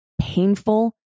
painful